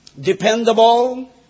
dependable